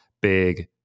big